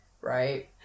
Right